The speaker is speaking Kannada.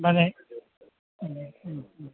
ಮನೆ ಹ್ಞೂ ಹ್ಞೂ ಹ್ಞೂ